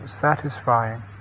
satisfying